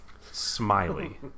Smiley